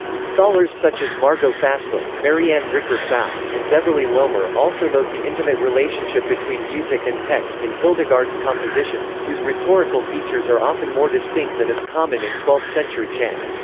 scholars such as margot fassler, marianne richert pfau, and beverly lomer also note the intimate relationship between music and text in hildegard's compositions, whose rhetorical features are often more distinct than is common in twelfth-century chant.